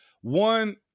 One